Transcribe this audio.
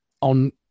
on